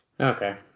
Okay